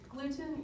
Gluten